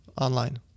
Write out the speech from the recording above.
online